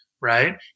right